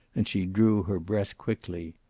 and she drew her breath quickly.